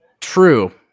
True